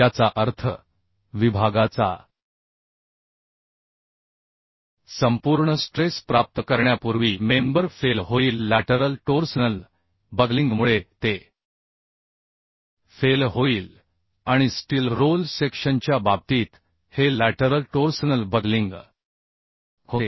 याचा अर्थ विभागाचा संपूर्ण स्ट्रेस प्राप्त करण्यापूर्वी मेंबर फेल होईल लॅटरल टोर्सनल बकलिंगमुळे ते फेल होईल आणि स्टील रोल सेक्शनच्या बाबतीत हे लॅटरल टोर्सनल बकलिंग होते